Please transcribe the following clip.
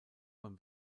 beim